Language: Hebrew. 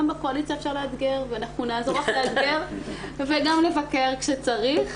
גם בקואליציה אפשר לאתגר ואנחנו נעזור לך לאתגר וגם לבקר כשצריך,